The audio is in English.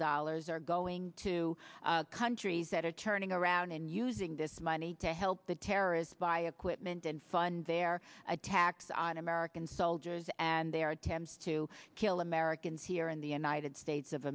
dollars are going to countries that are turning around and using this money to help the terrorists by equipment and fund their attacks on american soldiers and their attempts to kill americans here in the united states of